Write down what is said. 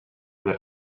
més